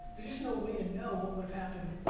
there's just no way to know what would have happened,